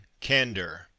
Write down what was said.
Candor